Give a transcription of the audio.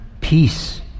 Peace